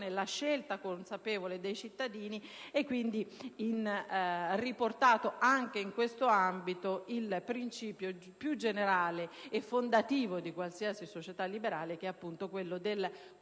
di scelta consapevole dei cittadini. È quindi riportato anche in questo ambito il principio più generale e fondativo di qualsiasi società liberale, quello del conoscere